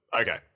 okay